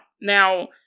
Now